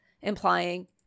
implying